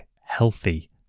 healthy